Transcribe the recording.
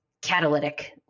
catalytic